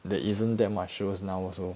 there isn't that much shows now also